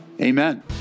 Amen